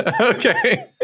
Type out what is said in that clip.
Okay